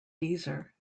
deezer